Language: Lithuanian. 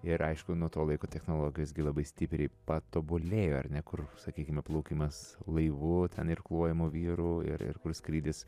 ir aišku nuo to laiko technologijos labai stipriai patobulėjo ar ne kur sakykime plaukimas laivu ten irkluojamų vyrų ir ir kur skrydis